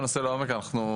לעומק.